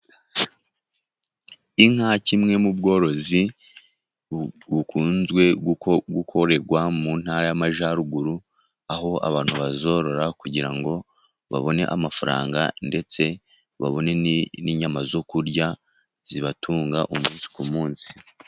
Inka kimwe mu bworozi bukunzwe gukorerwa mu ntara y'Amajyaruguru, aho abantu bazorora kugira ngo babone amafaranga ndetse babone n'inyama zo kurya, zibatunga umunsi ku munsi.